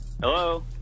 Hello